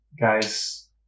guys